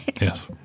Yes